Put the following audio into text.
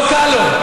לא קל לו,